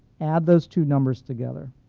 add those two numbers together.